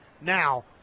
now